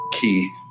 key